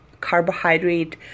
carbohydrate